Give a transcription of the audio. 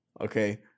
okay